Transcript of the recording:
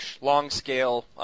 long-scale